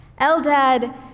Eldad